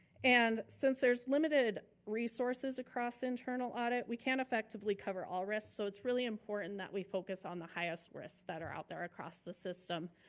and since there's limited resources across internal audit, we can't effectively cover all risks so it's really important that we focus on the highest risks that are out there across the system.